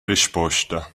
risposta